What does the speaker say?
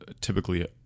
typically